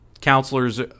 counselors